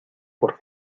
por